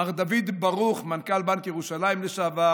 מר דוד ברוך, מנכ"ל בנק ירושלים לשעבר,